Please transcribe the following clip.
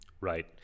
Right